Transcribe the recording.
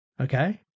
Okay